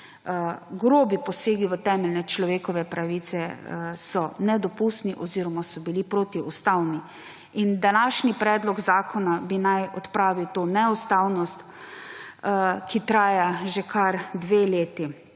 grobi posegi v temeljne človekove pravice nedopustni oziroma so bili protiustavni. Današnji predlog zakona bi naj odpravil to neustavnost, ki traja že kar dve leti.